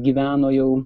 gyveno jau